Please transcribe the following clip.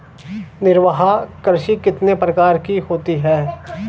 निर्वाह कृषि कितने प्रकार की होती हैं?